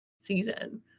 season